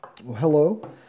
Hello